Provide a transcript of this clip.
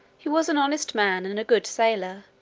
he was an honest man, and a good sailor,